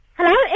Hello